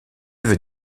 veut